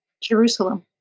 Jerusalem